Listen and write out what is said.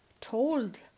told